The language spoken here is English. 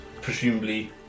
presumably